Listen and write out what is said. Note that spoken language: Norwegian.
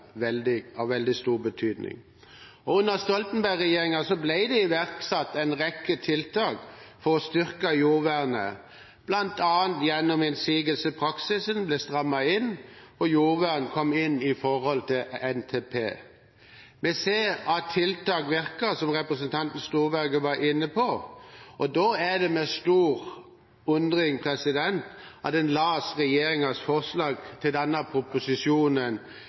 rekke tiltak for å styrke jordvernet, bl.a. gjennom at innsigelsepraksisen ble strammet inn og jordvern kom inn i NTP. Vi ser at tiltak virker, som representanten Storberget var inne på, og da er det med stor undring en leser regjeringens forslag til denne proposisjonen,